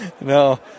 No